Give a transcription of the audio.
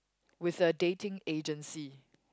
with a dating agency